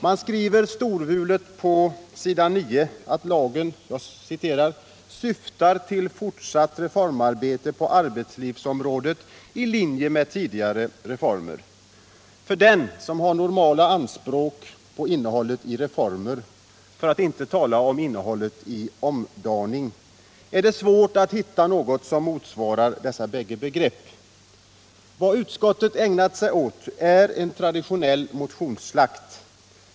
Man skriver storvulet på s. 9 att lagen ”syftar till fortsatt reformarbete på arbetslivsområdet i linje med de tidigare reformerna”. För den som har normala anspråk på innehållet i reformer — för att inte tala om innehållet i ordet omdaning — är det svårt att hitta något som motsvarar dessa bägge begrepp. Vad utskottet har ägnat sig åt är traditionell motionsslakt.